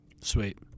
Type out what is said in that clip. Sweet